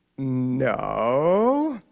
no,